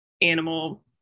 animal